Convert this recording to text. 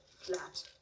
flat